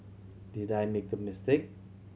did I make a mistake